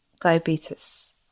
diabetes